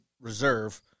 reserve